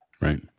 Right